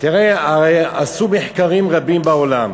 הרי עשו מחקרים רבים בעולם